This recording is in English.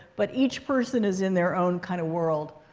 but each person is in their own kind of world.